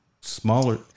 smaller